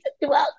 welcome